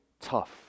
tough